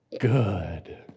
good